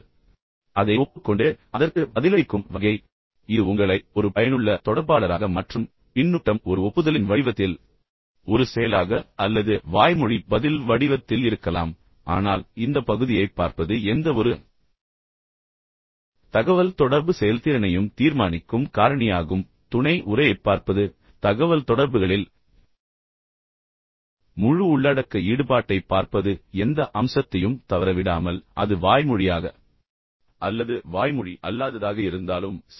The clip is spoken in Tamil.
எனவே அதை ஒப்புக்கொண்டு அதற்கு பதிலளிக்கும் வகை இது உங்களை ஒரு பயனுள்ள தொடர்பாளராக மாற்றும் பின்னூட்டம் ஒரு ஒப்புதலின் வடிவத்தில் ஒரு செயலாக அல்லது வாய்மொழி பதில் வடிவத்தில் இருக்கலாம் ஆனால் இந்த பகுதியைப் பார்ப்பது எந்தவொரு தகவல்தொடர்பு செயல்திறனையும் தீர்மானிக்கும் காரணியாகும் துணை உரையைப் பார்ப்பது தகவல்தொடர்புகளில் முழு உள்ளடக்க ஈடுபாட்டைப் பார்ப்பது தகவல்தொடர்பில் எந்த அம்சத்தையும் தவறவிடாமல் அது வாய்மொழியாக இருந்தாலும் அல்லது வாய்மொழி அல்லாததாக இருந்தாலும் சரி